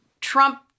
Trump